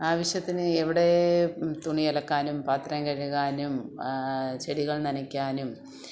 ആവശ്യത്തിന് എവിടെ തുണി അലക്കാനും പാത്രം കഴുകാനും ചെടികൾ നനയ്ക്കാനും